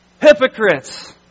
Hypocrites